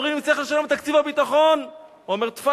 ואומרים שצריך לשלם לתקציב הביטחון,